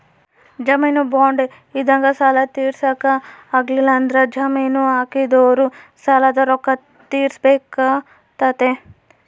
ಜಾಮೀನು ಬಾಂಡ್ ಇದ್ದಂಗ ಸಾಲ ತೀರ್ಸಕ ಆಗ್ಲಿಲ್ಲಂದ್ರ ಜಾಮೀನು ಹಾಕಿದೊರು ಸಾಲದ ರೊಕ್ಕ ತೀರ್ಸಬೆಕಾತತೆ